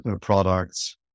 products